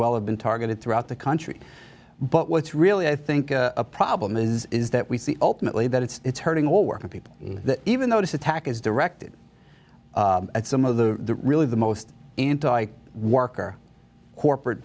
well have been targeted throughout the country but what's really i think a problem is is that we see ultimately that it's hurting all working people that even though this attack as directed at some of the really the most anti worker corporate